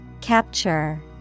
Capture